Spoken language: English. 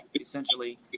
essentially